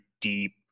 deep